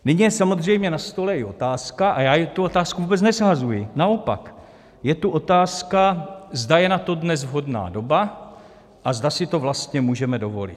Nyní je samozřejmě na stole i otázka, a já tu otázku vůbec neshazuji, naopak, je tu otázka, zda je na to dnes vhodná doba a zda si to vlastně můžeme dovolit.